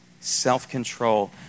self-control